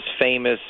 famous